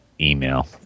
email